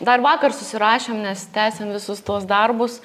dar vakar susirašėm nes tęsiam visus tuos darbus